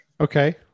Okay